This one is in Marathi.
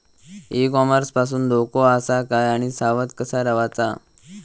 ई कॉमर्स पासून धोको आसा काय आणि सावध कसा रवाचा?